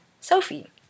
Sophie